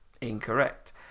Incorrect